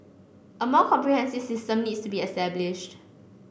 a more comprehensive system needs to be established